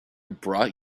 brought